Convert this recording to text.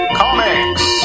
comics